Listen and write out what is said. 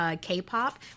K-pop